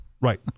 right